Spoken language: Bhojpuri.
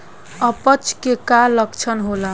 अपच के का लक्षण होला?